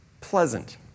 pleasant